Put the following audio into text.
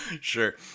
Sure